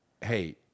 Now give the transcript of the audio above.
Hey